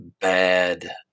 bad